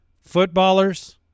footballers